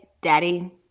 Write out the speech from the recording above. daddy